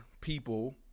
people